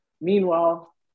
Meanwhile